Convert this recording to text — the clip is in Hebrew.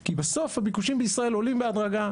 כי בסוף הביקושים בישראל עולים בהדרגה.